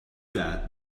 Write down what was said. that